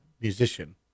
musician